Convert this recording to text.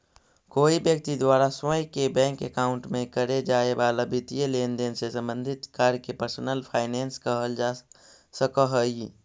कोई व्यक्ति द्वारा स्वयं के बैंक अकाउंट में करे जाए वाला वित्तीय लेनदेन से संबंधित कार्य के पर्सनल फाइनेंस कहल जा सकऽ हइ